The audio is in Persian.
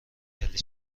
خیلی